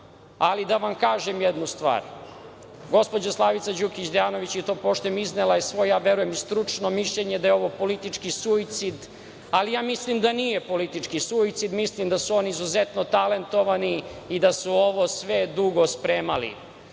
ali da vam kažem jednu stvar. Gospođa Slavica Đukić Dejanović je to, poštujem, iznela svoje, verujem, i stručno mišljenje da je ovo politički suicid, ali ja mislim da nije politički suicid. Mislim da su oni izuzetno talentovani i da su sve ovo dugo spremali. Ovo